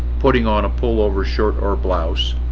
putting on a pullover shirt or blouse,